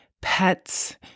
pets